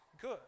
good